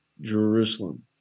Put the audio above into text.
Jerusalem